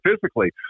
physically